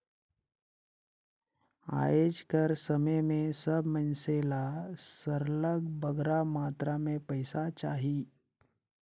आएज कर समे में सब मइनसे ल सरलग बगरा मातरा में पइसा चाही